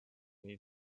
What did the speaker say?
need